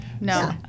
No